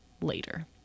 later